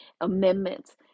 amendments